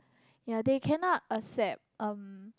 ya they can not accept um